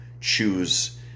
choose